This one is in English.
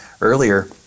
earlier